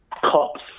cops